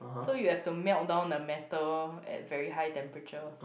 so you have to melt down the metal at very high temperature